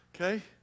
Okay